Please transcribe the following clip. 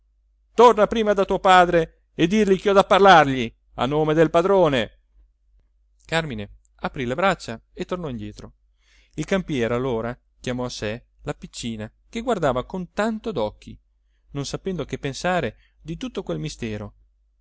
torna prima da tuo padre e digli che ho da parlargli a nome del padrone càrmine aprì le braccia e tornò indietro il campiere allora chiamò a sé la piccina che guardava con tanto d'occhi non sapendo che pensare di tutto quel mistero